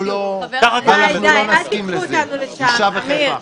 אישה אחת.